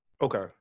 Okay